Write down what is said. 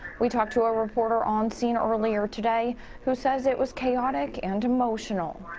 we talked to a reporter on scene earlier today who says it was chaotic and emotional.